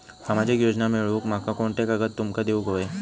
सामाजिक योजना मिलवूक माका कोनते कागद तुमका देऊक व्हये?